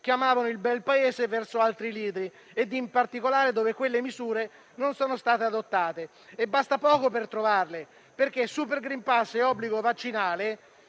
che amavano il Bel Paese verso altri lidi e, in particolare, dove quelle misure non sono state adottate. Basta poco per trovarli, perché *super green pass* e obbligo vaccinale